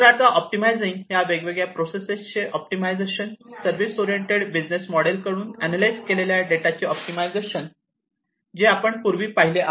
तर आता ऑप्टिमाइझिंग ह्या वेगवेगळ्या प्रोसेसेस चे ऑप्टिमाइजेशन सर्विस ओरिएंटेड बिझनेस मॉडेलकडून अनालाइज केलेल्या डेटाचे ऑप्टिमाइजेशन जे आपण पूर्वी पाहिले